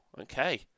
okay